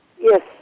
Yes